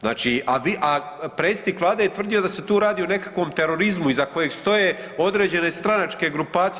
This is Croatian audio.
Znači, a predsjednik Vlade je tvrdio da se tu radi o nekakvom terorizmu iza kojeg stoje određene stranačke grupacije.